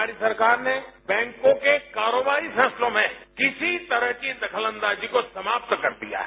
हमारी सरकार ने बैंकों के कारोबारी फैसलों में किसी तरह की दखलअंदाजी को समाप्त कर दिया है